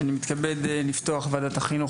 אני מתכבד לפתוח את ועדת החינוך,